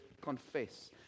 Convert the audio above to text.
confess